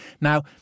Now